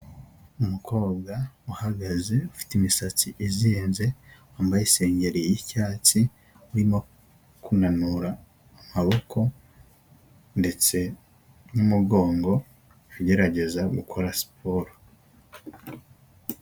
Umukobwa uhagaze ufite imisatsi izinze wambayesengeri y'icyatsi urimo kunanura amaboko ndetse n'umugongo agerageza gukora siporo.